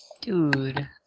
Dude